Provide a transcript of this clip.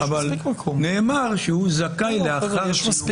נאמר שהוא זכאי לאחר ההליך